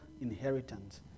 inheritance